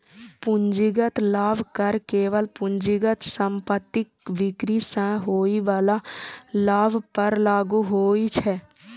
पूंजीगत लाभ कर केवल पूंजीगत संपत्तिक बिक्री सं होइ बला लाभ पर लागू होइ छै